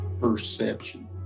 perception